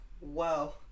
Wow